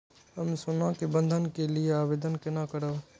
हम सोना के बंधन के लियै आवेदन केना करब?